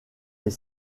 est